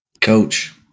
coach